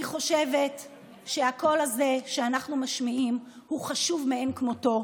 אני חושבת שהקול הזה שאנחנו משמיעים הוא חשוב מאין כמותו,